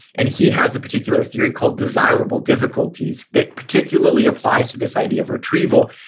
and he has a particular theory called desirable difficulties that particularly applies to this idea of retrieval.